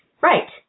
Right